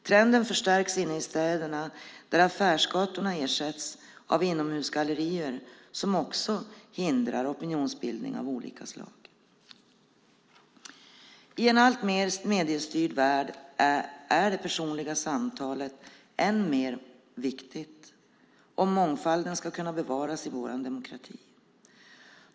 Trenden förstärks inne i städerna där affärsgatorna ersätts av inomhusgallerior som också hindrar opinionsbildning av olika slag. I en alltmer mediestyrd värld är det personliga samtalet ännu viktigare om mångfalden ska kunna bevaras i vår demokrati.